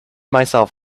myself